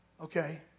Okay